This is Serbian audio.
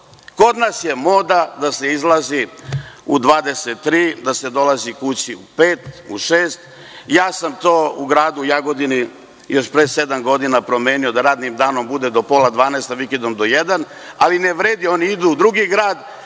Kod nas je moda da se izlazi u 23,00, da se dolazi kući u pet, šest. Ja sam to u gradu Jagodini još pre sedam godina promenio, da radnim danom bude do pola dvanaest, a vikendom do jedan, ali ne vredi. Oni idu u drugi grad